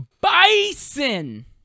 bison